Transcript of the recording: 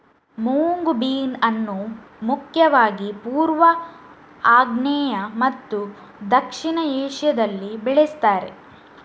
moong bean ಅನ್ನು ಮುಖ್ಯವಾಗಿ ಪೂರ್ವ, ಆಗ್ನೇಯ ಮತ್ತು ದಕ್ಷಿಣ ಏಷ್ಯಾದಲ್ಲಿ ಬೆಳೆಸ್ತಾರೆ